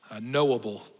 knowable